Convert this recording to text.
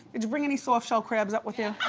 did you bring any softshell crabs up with you?